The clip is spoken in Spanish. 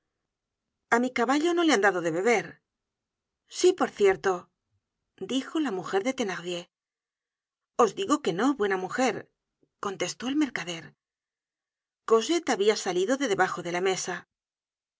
a mi caballo no le han dado de beber sí por cierto dijo la mujer de thenardier os digo que no buena mujer contestó el mercader cosette habia salido de debajo de la mesa